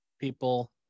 people